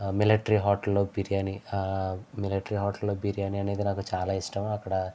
military హోటల్లో biryani military హోటల్లో బిర్యానీ అనేది నాకు చాలా ఇష్టము అక్కడ